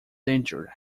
danger